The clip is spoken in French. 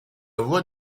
voix